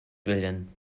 willen